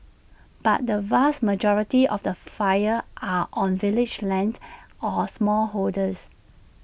but the vast majority of the fires are on village lands or smallholders